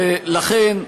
ולכן,